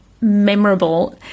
memorable